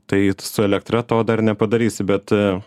tai su elektra to dar nepadarysi bet